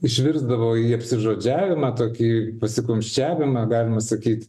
išvirsdavo į apsižodžiavimą tokį pasikumščiavimą galima sakyt